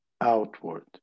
outward